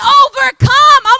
overcome